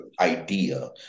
idea